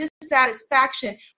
dissatisfaction